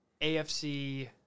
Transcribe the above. AFC